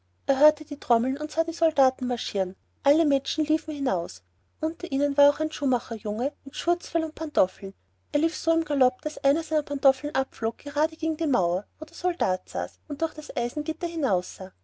er hörte die trommeln und sah die soldaten marschieren alle menschen liefen hinaus unter ihnen war auch ein schuhmacherjunge mit schurzfell und pantoffeln er lief so im galopp daß einer seiner pantoffeln abflog gerade gegen die mauer wo der soldat saß und durch das eisengitter hinaussah